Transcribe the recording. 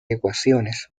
ecuaciones